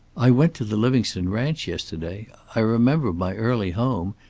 i went to the livingstone ranch yesterday. i remember my early home.